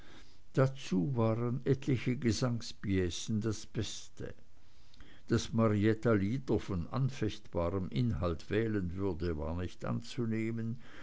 dazu waren etliche gesangspiecen das beste daß marietta lieder von anfechtbarem inhalt wählen würde war nicht anzunehmen